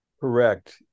Correct